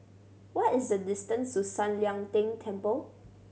what is the distance to San Lian Deng Temple